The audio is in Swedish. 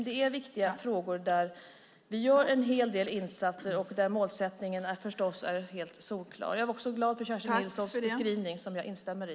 Det är viktiga frågor där vi gör en hel del insatser och där målsättningen förstås är helt solklar. Jag är glad för Kerstin Nilssons beskrivning som jag instämmer i.